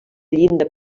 llinda